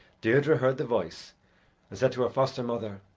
deirdre heard the voice, and said to her foster-mother,